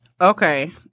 Okay